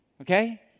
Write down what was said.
Okay